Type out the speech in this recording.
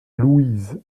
louise